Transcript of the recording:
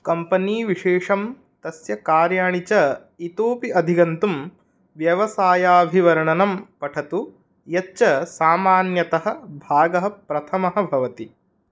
company विशेषं तस्य कार्याणि च इतोऽपि अधिगन्तुं व्यवसायाभिवर्णनं पठतु यच्च सामान्यतः भागः प्रथमः भवति